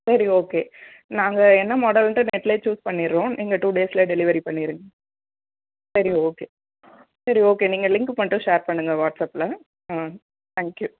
சரி ஓகே நாங்கள் என்ன மாடலுன்ட்டு நெட்லேயே சூஸ் பண்ணிடுறோம் நீங்கள் டூ டேஸில் டெலிவரி பண்ணிடுங்க சரி ஓகே சரி ஓகே நீங்கள் லிங்க் மட்டும் ஷேர் பண்ணுங்கள் வாட்ஸ்ஸாப்பில் ஆ தேங்க்யூ